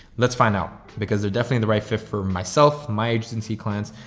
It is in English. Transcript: let's find out because they're definitely the right fit for myself, my agency clients,